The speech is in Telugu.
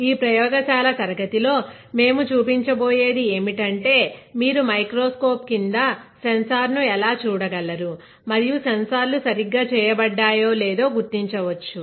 ఈ ప్రయోగశాల తరగతిలో మేము చూపించబోయేది ఏమిటంటే మీరు మైక్రోస్కోప్ క్రింద సెన్సార్ ను ఎలా చూడగలరు మరియు సెన్సార్లు సరిగ్గా చేయబడ్డాయో లేదో గుర్తించవచ్చు